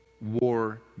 war